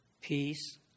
Peace